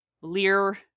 Lear